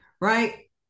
Right